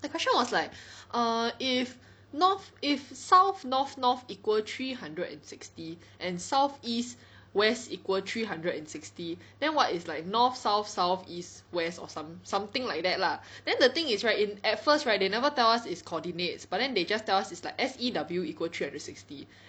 the question was like err if north if south north north equal three hundred and sixty and south east west equal three hundred and sixty then what is like north south south east west or some~ something like that lah then the thing is right in at first right they never tell us is coordinates but then they just tells us is like S E W equal three hundred sixty